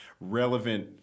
relevant